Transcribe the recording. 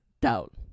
doubt